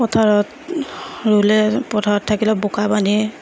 পথাৰত ৰুলে পথাৰত থাকিলে বোকা পানী